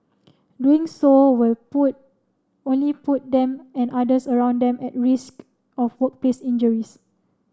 doing so will put only put them and others around them at risk of workplace injuries